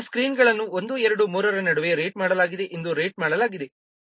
ಇಲ್ಲಿ ಸ್ಕ್ರೀನ್ಗಳನ್ನು 1 2 3 ರ ನಡುವೆ ರೇಟ್ ಮಾಡಲಾಗಿದೆ ಎಂದು ರೇಟ್ ಮಾಡಲಾಗಿದೆ